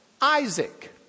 Isaac